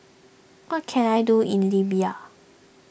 what can I do in Libya